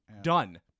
Done